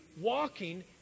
walking